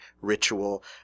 ritual